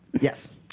Yes